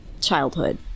childhood